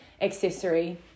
accessory